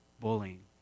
bullying